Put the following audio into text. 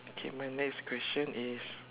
okay my next question is